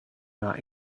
not